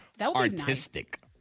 artistic